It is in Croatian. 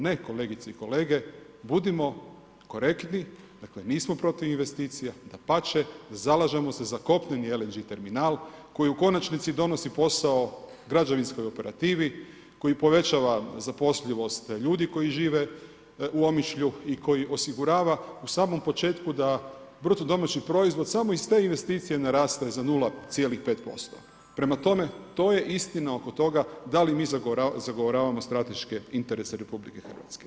Ne kolegice i kolege, budimo korektni, dakle nismo protiv investicija, dapače, zalažemo se za kopneni LNG terminal koji u konačnici donosi posao građevinskoj operativi, koji povećava zapošljivost ljudi koji žive u Omišlju i koji osigurava u samom početku da bruto domaći proizvod samo iz te investicije naraste za 0.5%, prema tome to je istina oko toga da li mi zagovaramo strateške interese RH.